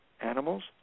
animals